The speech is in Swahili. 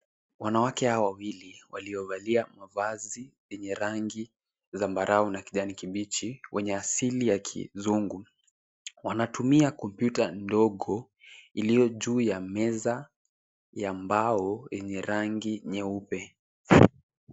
Wanawake hawa wawili waliovalia mavazi yenye rangi zambarau na kijani kibichi, wenye asili ya kizungu wanatumia kompyuta ndogo iliyo juu ya meza ya mbao yenye rangi nyeupe.